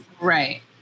Right